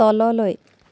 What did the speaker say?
তললৈ